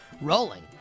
rolling